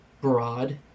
broad